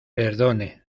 perdone